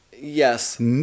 Yes